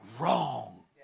wrong